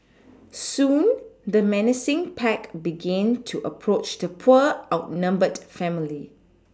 soon the menacing pack began to approach the poor outnumbered family